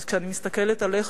אז כשאני מסתכלת עליך,